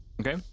Okay